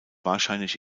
wahrscheinlich